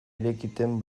irakiten